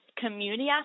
community